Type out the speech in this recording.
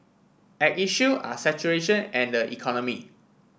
at issue are saturation and the economy